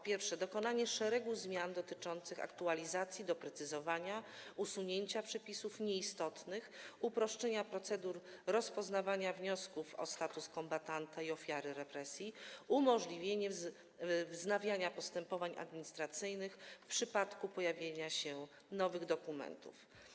Pierwszy cel to dokonanie szeregu zmian dotyczących aktualizacji, doprecyzowania, usunięcia przepisów nieistotnych i uproszczenia procedur rozpoznawania wniosków o status kombatanta i ofiary represji oraz umożliwienie wznawiania postępowań administracyjnych w przypadku pojawienia się nowych dokumentów.